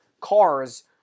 cars